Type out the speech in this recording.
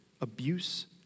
abuse